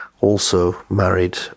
also-married